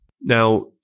Now